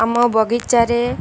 ଆମ ବଗିଚାରେ